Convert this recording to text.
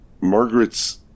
Margaret's